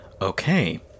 Okay